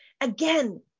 Again